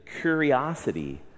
curiosity